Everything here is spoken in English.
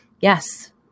yes